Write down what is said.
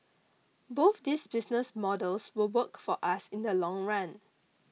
both these business models will work for us in the long run